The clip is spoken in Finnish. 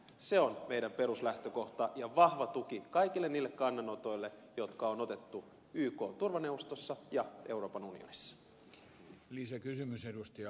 se on meidän peruslähtökohtamme ja vahva tuki kaikille niille kannanotoille jotka on otettu ykn turvaneuvostossa ja euroopan unionissa